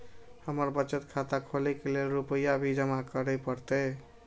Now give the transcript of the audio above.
हमर बचत खाता खोले के लेल रूपया भी जमा करे परते?